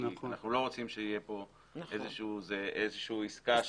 כי אנחנו לא רוצים שתהיה פה איזה שהיא עסקה --- נכון,